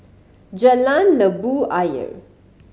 Jalan Labu Ayer